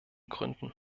gründen